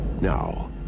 Now